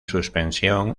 suspensión